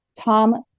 Tom